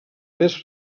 més